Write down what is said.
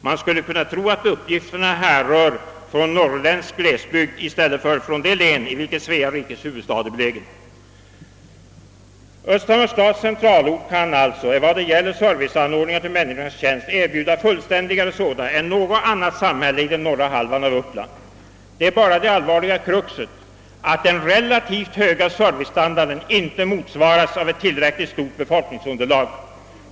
Man skulle kunna tro att dessa uppgifter härrör från norrländsk glesbygd i stället för från det län i vilket Svea rikes huvudstad är belägen. Östhammars stads centralort kan erbjuda fullständigare serviceanordningar för människorna än något annat samhälle i norra Uppland. Det är bara det allvarliga kruxet att den relativt höga servicestandarden inte motsvaras av ett tillräckligt stort befolkningsunderlag.